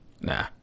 Nah